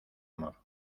amor